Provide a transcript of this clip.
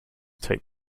take